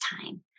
time